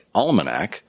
Almanac